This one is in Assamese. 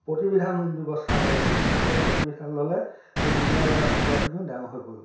প্ৰতিবিধান ব্যৱস্থা ল'ব লাগিব তেতিয়া প্ৰতিবিধান ল'লে সেই মুনীয়া লগা কুকুৰাখিনিও ডাঙৰ হৈ পৰিব